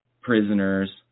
prisoners